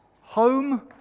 home